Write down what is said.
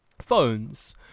phones